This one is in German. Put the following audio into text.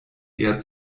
eher